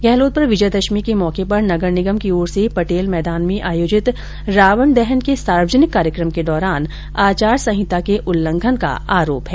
गहलोत पर विजयादशमी के मौके पर नगर निगम की ओर से पटेल मैदान में आयोजित रावण दहन के सार्वजनिक कार्यक्रम के दौरान आचार संहिता के उल्लंघन का आरोप है